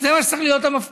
זה מה שצריך להיות המפכ"ל.